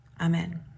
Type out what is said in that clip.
Amen